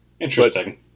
interesting